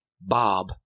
Bob